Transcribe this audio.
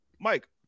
Mike